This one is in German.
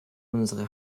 unsere